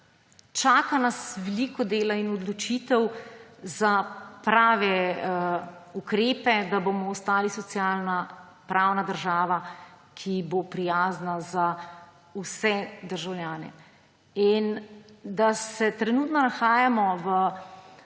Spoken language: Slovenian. čaka nas veliko dela in odločitev za prave ukrepe, da bomo ostali socialna pravna država, ki bo prijazna za vse državljane. In da se trenutno nahajamo v